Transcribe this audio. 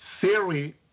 Siri